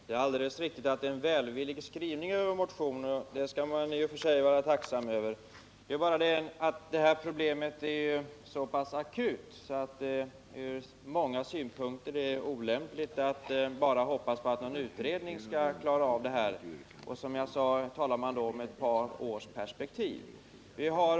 Herr talman! Det är alldeles riktigt att vår motion fått en välvillig skrivning, och det bör man i och för sig vara tacksam för. Det är bara det att problemet är så pass akut att det ur många synpunkter är olämpligt att bara hoppas på att en utredning skall klara av saken. Man talar om ett par års perspektiv.